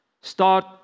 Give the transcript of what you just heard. start